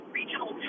regional